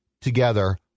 together